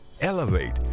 Elevate